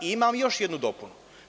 Imam još jednu dopunu.